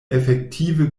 efektive